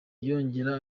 yongera